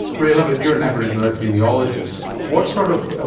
ray lovett, you're an aboriginal epidemiologist, what sort of of,